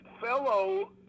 fellow